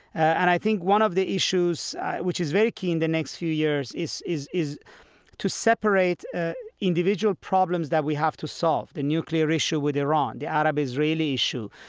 and i think one of the issues which is very key in the next few years is is to separate individual problems that we have to solve the nuclear issue with iran, the arab-israeli issue,